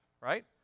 right